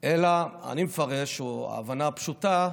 אלא, אני מפרש, ההבנה הפשוטה,